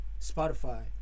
Spotify